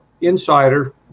insider